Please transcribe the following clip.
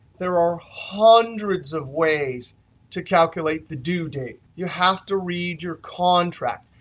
there are hundreds of ways to calculate the due date. you have to read your contract.